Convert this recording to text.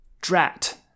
drat